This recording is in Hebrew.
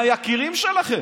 מהיקירים שלכם.